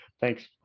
thanks